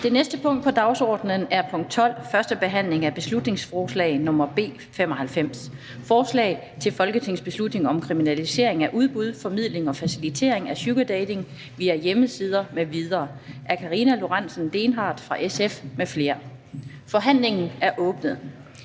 Det næste punkt på dagsordenen er: 12) 1. behandling af beslutningsforslag nr. B 95: Forslag til folketingsbeslutning om kriminalisering af udbud, formidling og facilitering af sugardating via hjemmesider m.v. Af Karina Lorentzen Dehnhardt (SF) m.fl. (Fremsættelse